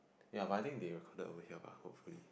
ya but I think they recorded over here but hopefully